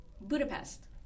Budapest